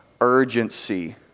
urgency